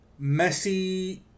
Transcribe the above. Messi